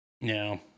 no